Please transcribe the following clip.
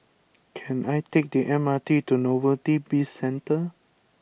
can I take the M R T to Novelty Bizcentre